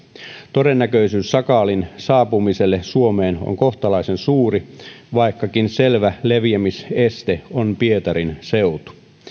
todennäköisyys sakaalin saapumiselle suomeen on kohtalaisen suuri vaikkakin selvä leviämiseste on pietarin seutu